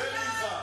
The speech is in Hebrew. יותר ממך.